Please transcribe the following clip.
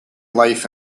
life